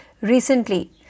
recently